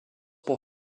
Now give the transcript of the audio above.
pour